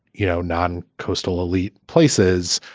you know, non coastal elite places,